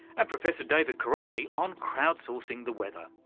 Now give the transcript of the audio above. and professor david karoly on crowd-sourcing the weather.